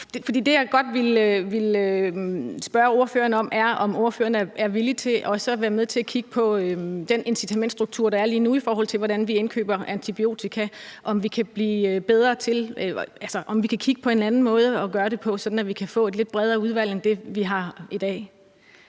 Det, jeg godt vil spørge ordføreren om, er, om hun er villig til også at være med til at kigge på den incitamentsstruktur, der er lige nu, i forhold til hvordan vi indkøber antibiotika, altså om vi kan kigge på en anden måde at gøre det på, sådan at vi kan få et lidt bredere udvalg end det, vi har i dag.